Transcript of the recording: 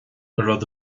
raibh